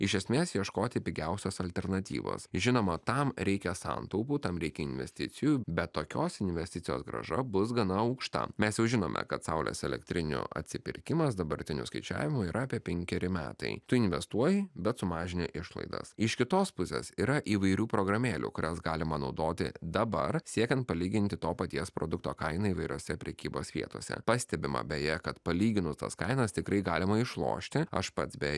iš esmės ieškoti pigiausios alternatyvos žinoma tam reikia santaupų tam reikia investicijų bet tokios investicijos grąža bus gana aukšta mes jau žinome kad saulės elektrinių atsipirkimas dabartiniu skaičiavimu yra apie penkeri metai tu investuoji bet sumažini išlaidas iš kitos pusės yra įvairių programėlių kurias galima naudoti dabar siekiant palyginti to paties produkto kainą įvairiose prekybos vietose pastebima beje kad palyginus tas kainas tikrai galima išlošti aš pats beje